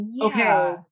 okay